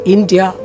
India